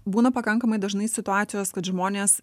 būna pakankamai dažnai situacijos kad žmonės